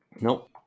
Nope